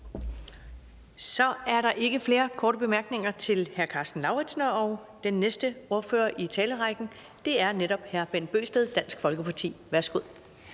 Så er der ikke flere korte bemærkninger til hr. Karsten Lauritzen, og den næste ordfører i talerrækken er netop hr. Bent Bøgsted, Dansk Folkeparti. Værsgo.